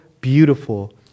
beautiful